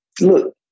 Look